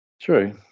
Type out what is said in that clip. True